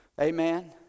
Amen